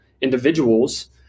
individuals